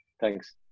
Thanks